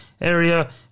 area